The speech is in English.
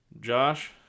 Josh